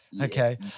Okay